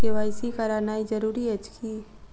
KYC करानाइ जरूरी अछि की?